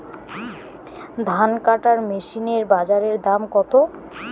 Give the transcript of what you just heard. ধান কাটার মেশিন এর বাজারে দাম কতো?